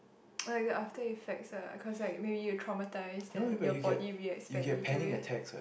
like the after effects ah cause like maybe you're traumatise then your body reacts badly to it